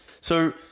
So-